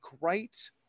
right